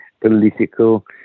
political